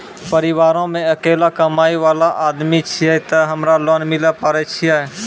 परिवारों मे अकेलो कमाई वाला आदमी छियै ते हमरा लोन मिले पारे छियै?